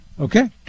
Okay